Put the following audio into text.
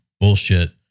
bullshit